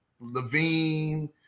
Levine